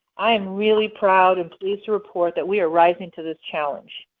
i'm really proud and pleased to report that we are rising to the challenge.